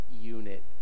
unit